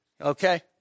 okay